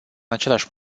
același